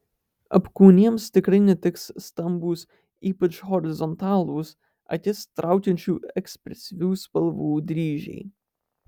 apkūniems tikrai netiks stambūs ypač horizontalūs akis traukiančių ekspresyvių spalvų dryžiai